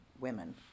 women